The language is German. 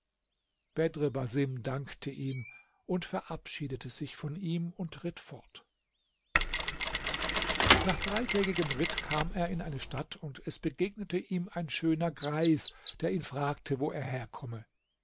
basim dankte ihm und verabschiedete sich von ihm und ritt fort nach dreitägigem ritt kam er in eine stadt und es begegnete ihm ein schöner greis der ihn fragte wo er herkomme